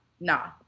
nah